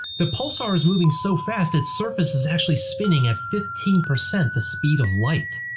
the pulsar is moving so fast that surface is actually spinning at fifteen percent the speed of light.